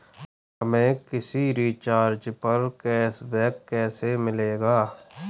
हमें किसी रिचार्ज पर कैशबैक कैसे मिलेगा?